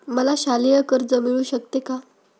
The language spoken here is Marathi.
मला शालेय कर्ज मिळू शकते का?